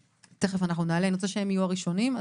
אני רוצה שהם יהיו הראשונים.